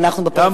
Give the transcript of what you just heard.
ואנחנו בפריפריה,